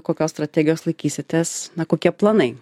kokios strategijos laikysitės na kokie planai